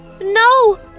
No